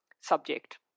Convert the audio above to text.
subject